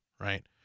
right